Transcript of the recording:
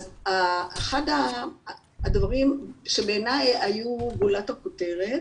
ואחד הדברים שבעיני היו גולת הכותרת